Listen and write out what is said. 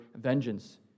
vengeance